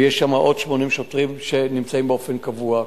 ויש שם עוד 80 שוטרים שנמצאים באופן קבוע.